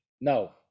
no